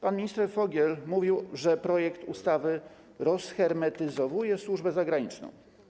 Pan minister Fogiel mówił, że projekt ustawy rozhermetyzowuje służbę zagraniczną.